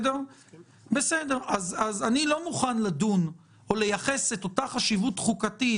אני לא מוכן לדון או לייחס את אותה חשיבות חוקתית